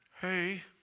hey